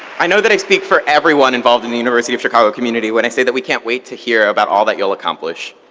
i know that i speak for everyone involved in the university of chicago community when i say that we can't wait to hear about all that you'll accomplish.